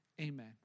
Amen